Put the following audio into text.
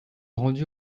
rendu